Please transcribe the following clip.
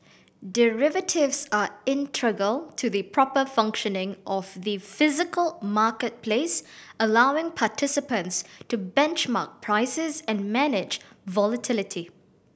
derivatives are integral to the proper functioning of the physical marketplace allowing participants to benchmark prices and manage volatility